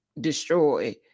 destroy